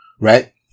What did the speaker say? Right